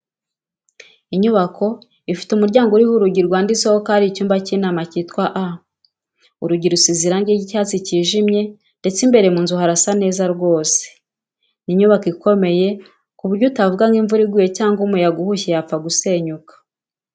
Inyubako ifite umuryango uriho urugi rwanditseho ko ari icyumba cy'inama cyitwa A, urugi rusize irange ry'icyatsi cyijimye ndetse imbere mu nzu harasa neza rwose. Ni inyubako ikomeye ku buryo utavuga ngo imvura iguye cyangwa umuyaga uhushye yapfa gusenyuka.